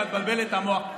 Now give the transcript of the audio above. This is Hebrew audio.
ואת מבלבלת את המוח.